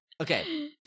okay